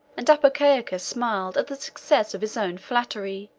and apocaucus smiled at the success of his own flattery,